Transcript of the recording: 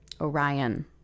Orion